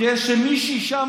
כשמישהי שמה,